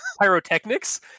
pyrotechnics